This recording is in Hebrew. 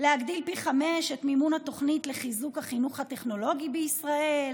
להגדיל פי חמישה את מימון התוכנית לחיזוק החינוך הטכנולוגי בישראל,